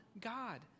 God